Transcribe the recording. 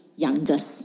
Youngest